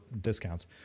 discounts